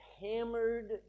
hammered